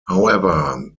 however